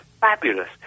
fabulous